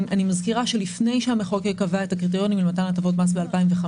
אני מזכירה שלפני שהמחוקק קבע את הקריטריונים למתן הטבות מס ב-2015